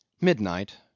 Midnight